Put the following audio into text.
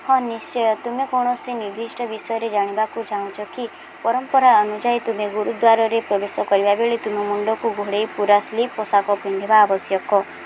ହଁ ନିଶ୍ଚୟ ତୁମେ କୌଣସି ନିର୍ଦ୍ଦିଷ୍ଟ ବିଷୟରେ ଜାଣିବାକୁ ଚାହୁଁଛ କି ପରମ୍ପରା ଅନୁଯାୟୀ ତୁମେ ଗୁରୁଦ୍ୱାରରେ ପ୍ରବେଶ କରିବାବେଳେ ତୁମ ମୁଣ୍ଡକୁ ଘୋଡ଼େଇ ପୂରା ସ୍ଲିଭ୍ ପୋଷାକ ପିନ୍ଧିବା ଆବଶ୍ୟକ